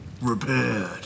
Repaired